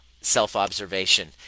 self-observation